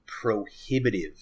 prohibitive